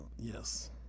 yes